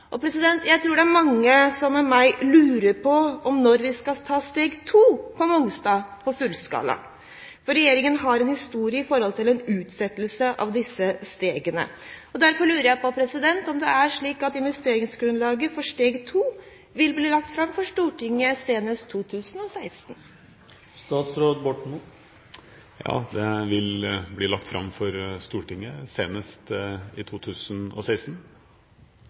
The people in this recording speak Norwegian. Jeg tror det er mange med meg som lurer på om når vi skal ta steg 2 på Mongstad når det gjelder fullskala. Regjeringen har en historie med hensyn til utsettelse av disse stegene. Derfor lurer jeg på om det er slik at investeringsgrunnlaget for steg 2 vil bli lagt fram for Stortinget senest i 2016. Ja, det vil bli lagt fram for Stortinget senest i 2016.